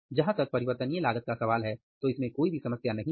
जहां तक परिवर्तनीय लागत का सवाल है तो इसमें कोई भी समस्या नहीं है